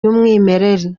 y’umwimerere